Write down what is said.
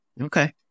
Okay